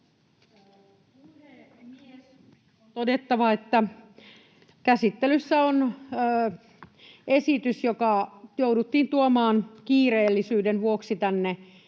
On todettava, että käsittelyssä on esitys, joka jouduttiin tuomaan kiireellisyyden vuoksi tänne